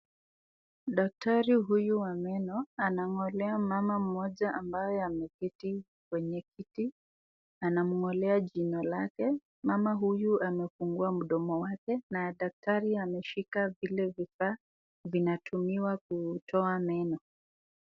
Daktari huyu wa meno anangolea mama moja ambaye ameketi kwenye kiti anangolea jino lake mama huyu amefungua mdomo wake na daktari ameshika vile vifaa vinatumiwa kutoa meno.